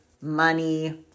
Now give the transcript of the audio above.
money